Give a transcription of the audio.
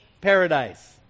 paradise